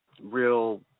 real